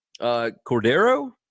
Cordero